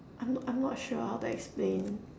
I'm not I'm not sure how to explain